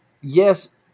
Yes